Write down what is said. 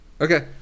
Okay